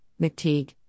McTeague